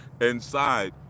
inside